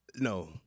No